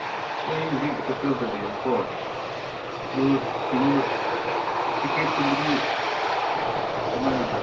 ꯑꯩ ꯍꯧꯖꯤꯛ ꯍꯣꯇꯦꯜꯗ ꯂꯩꯌꯦꯕꯀꯣ ꯑꯗꯨ ꯀꯩꯅꯣ ꯇꯤꯀꯦꯠꯀꯨꯝꯕꯗꯤ ꯀꯃꯥꯏꯅ